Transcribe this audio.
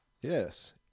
yes